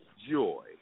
Joy